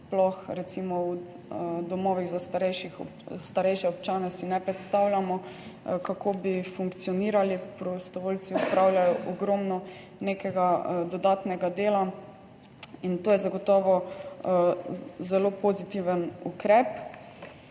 v domovih za starejše občane, sploh ne predstavljamo, kako bi funkcionirali. Prostovoljci opravljajo ogromno nekega dodatnega dela. To je zagotovo zelo pozitiven ukrep.